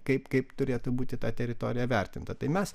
kaip kaip turėtų būti ta teritorija vertinta tai mes